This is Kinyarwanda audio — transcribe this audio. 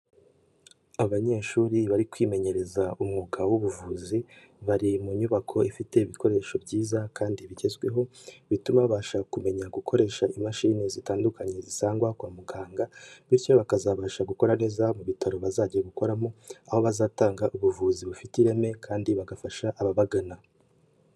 Abanyeshuri bari kwimenyereza umwuga w'ubuvuzi, bari mu nyubako ifite ibikoresho byiza kandi bigezweho, bituma babasha kumenya gukoresha imashini zitandukanye zisangwa kwa muganga, bityo bakazabasha gukora neza mu bitaro bazajya gukoramo, aho bazatanga ubuvuzi bufite ireme kandi bagafasha ababagana.